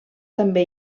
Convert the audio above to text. també